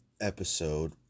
episode